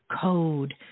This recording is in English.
code